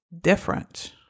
different